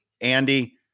andy